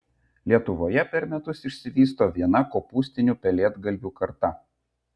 lietuvoje per metus išsivysto viena kopūstinių pelėdgalvių karta